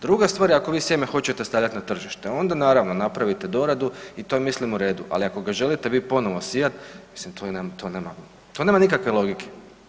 Druga stvar je ako vi sjeme hoćete stavljati na tržište, onda naravno napravite doradu i to je mislim u redu, ali ako ga vi želite ponovo sijat, mislim to nema, to nema nikakve logike.